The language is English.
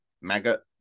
Maggot